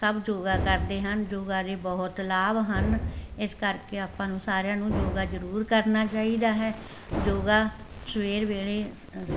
ਸਭ ਯੋਗਾ ਕਰਦੇ ਹਨ ਯੋਗਾ ਦੇ ਬਹੁਤ ਲਾਭ ਹਨ ਇਸ ਕਰਕੇ ਆਪਾਂ ਨੂੰ ਸਾਰਿਆਂ ਨੂੰ ਯੋਗਾ ਜ਼ਰੂਰ ਕਰਨਾ ਚਾਹੀਦਾ ਹੈ ਯੋਗਾ ਸਵੇਰ ਵੇਲੇ